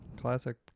classic